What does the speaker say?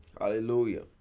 Hallelujah